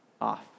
off